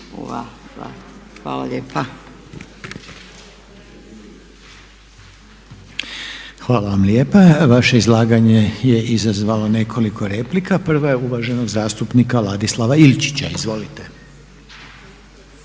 Hvala vam lijepa.